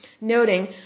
noting